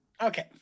Okay